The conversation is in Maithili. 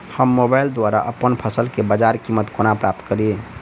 हम मोबाइल द्वारा अप्पन फसल केँ बजार कीमत कोना प्राप्त कड़ी?